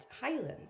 highlands